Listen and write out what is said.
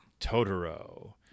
Totoro